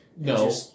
No